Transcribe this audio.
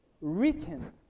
written